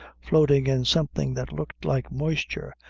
floating in something that looked like moisture,